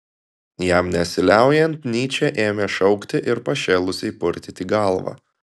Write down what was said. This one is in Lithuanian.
jam nesiliaujant nyčė ėmė šaukti ir pašėlusiai purtyti galvą